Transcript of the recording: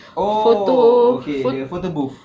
oh okay the photo booth